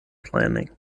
planning